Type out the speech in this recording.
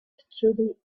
through